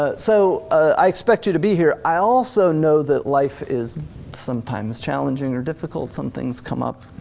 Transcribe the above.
ah so i expect you to be here. i also know that life is sometimes challenging or difficult, some things come up,